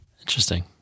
interesting